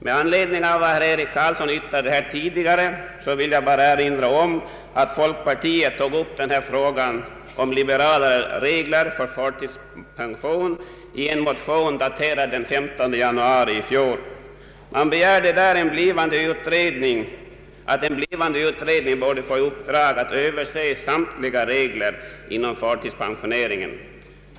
Med anledning av vad herr Eric Carlsson här yttrade tidigare vill jag bara erinra om att folkpartiet tog upp denna fråga om liberalare regler för förtidspension i en motion daterad den 15 januari i fjol. I motionen begärdes att en blivande utredning borde få i uppdrag att överse samtliga regler inom förtidspensioneringen.